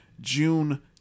June